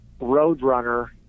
Roadrunner